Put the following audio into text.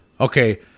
Okay